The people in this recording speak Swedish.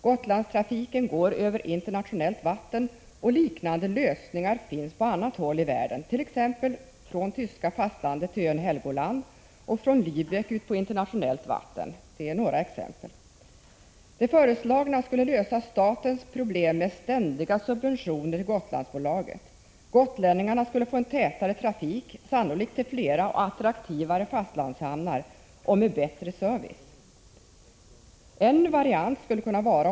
Gotlandstrafiken går över internationellt vatten, och liknande lösningar finns på andra håll i världen, t.ex. för trafiken från tyska fastlandet till ön Helgoland och för trafiken från Läbeck ut på internationellt vatten. Den föreslagna ordningen skulle lösa statens problem med ständiga subventioner till Gotlandsbolaget. Gotlänningarna skulle få en tätare trafik, sannolikt till fler och mer attraktiva fastlandshamnar och med bättre service.